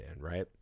right